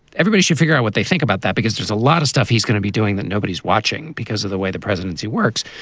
everybody should figure out what they think about that, because there's a lot of stuff he's going to be doing that nobody's watching because of the way the presidency works.